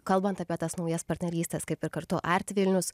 kalbant apie tas naujas partnerystes kaip ir kartu arti vilnius